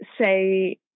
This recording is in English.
Say